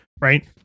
right